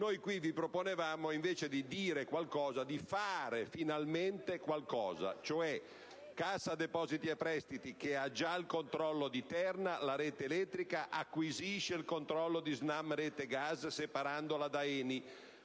Noi qui vi proponevamo, invece di dire qualcosa, di fare finalmente qualcosa, cioè Cassa depositi e prestiti, che ha già il controllo di Terna-Rete Elettrica, acquisisce il controllo di SNAM-Rete Gas separandola da ENI;